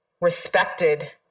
respected